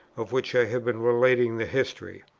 of which i have been relating the history.